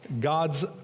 God's